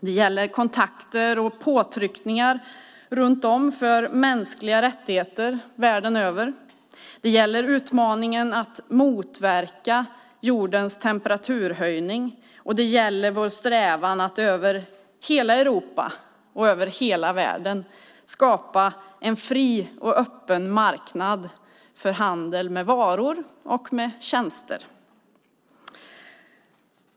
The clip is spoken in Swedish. Det gäller kontakter och påtryckningar runt om för mänskliga rättigheter världen över. Det gäller utmaningen att motverka jordens temperaturhöjning. Och det gäller vår strävan att över hela Europa och över hela världen skapa en fri och öppen marknad för handel med varor och med tjänster.